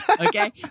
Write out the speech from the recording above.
Okay